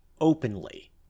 openly